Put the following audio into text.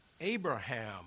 Abraham